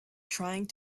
trying